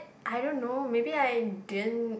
I don't know maybe I didn't